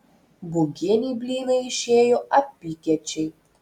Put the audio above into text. būgienei blynai išėjo apykiečiai